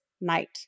night